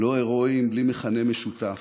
לא הרואיים, בלי מכנה משותף,